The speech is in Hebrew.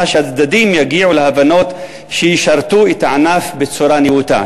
שהצדדים יגיעו להבנות שישרתו את הענף בצורה נאותה?